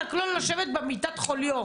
רק לא לשבת במיטת חוליו.